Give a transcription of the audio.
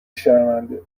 شرمنده